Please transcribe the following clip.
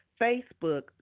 Facebook